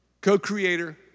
co-creator